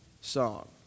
song